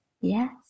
Yes